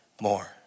more